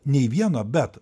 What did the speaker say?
nei vieno bet